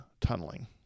tunneling